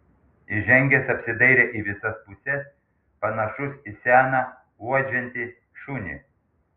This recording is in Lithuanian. įžengęs apsidairė į visas puses panašus į seną uodžiantį šunį